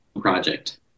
project